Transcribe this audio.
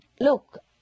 Look